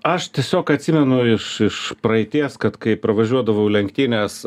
aš tiesiog atsimenu iš iš praeities kad kai pravažiuodavau lenktynes